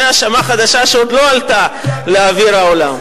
זאת האשמה חדשה שעוד לא עלתה לאוויר העולם.